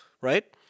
right